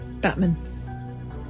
Batman